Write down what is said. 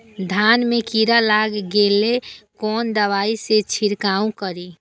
धान में कीरा लाग गेलेय कोन दवाई से छीरकाउ करी?